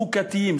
חוקתיים,